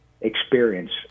experience